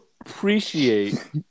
appreciate